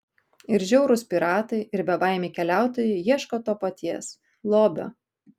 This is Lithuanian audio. ir žiaurūs piratai ir bebaimiai keliautojai ieško to paties lobio